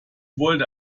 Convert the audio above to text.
wollte